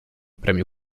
premio